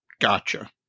Gotcha